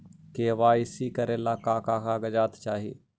KYC करे ला का का कागजात चाही?